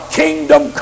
kingdom